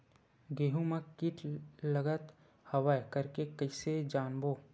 गेहूं म कीट लगत हवय करके कइसे जानबो?